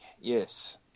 yes